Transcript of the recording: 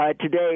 today